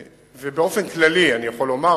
ובאופן כללי אני יכול לומר,